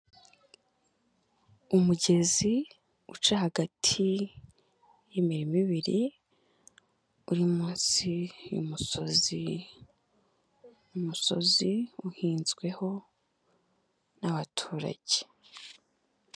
Umugezi uca hagati y'imiririma ibiri uri munsi y'umusozi, umusozi uhinzweho n'abaturage.